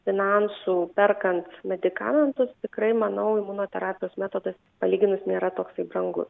finansų perkant medikamentus tikrai manau imunoterapijos metodas palyginus nėra toksai brangus